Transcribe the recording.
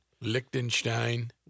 Liechtenstein